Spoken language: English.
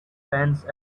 fence